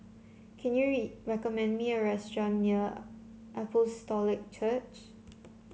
can you recommend me a restaurant near Apostolic Church